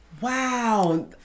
wow